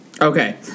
okay